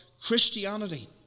Christianity